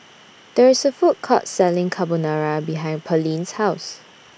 There IS A Food Court Selling Carbonara behind Pearline's House